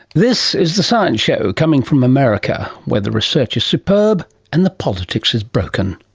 this is the science show, coming from america where the research is superb and the politics is broken.